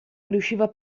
riusciva